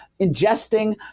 ingesting